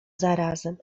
zarazem